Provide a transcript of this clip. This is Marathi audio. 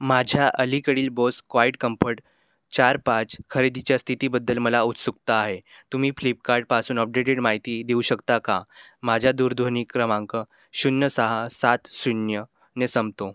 माझ्या अलीकडील बॉस क्वाईट कम्फर्ट चार पाच खरेदीच्या स्थितीबद्दल मला उत्सुकता आहे तुम्ही फ्लिपकार्टपासून अपडेटेड माहिती देऊ शकता का माझ्या दूरध्वनी क्रमांक शून्य सहा सात शून्यने संपतो